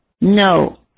No